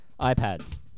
ipads